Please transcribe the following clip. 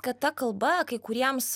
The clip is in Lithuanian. kad ta kalba kai kuriems